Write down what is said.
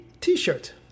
t-shirt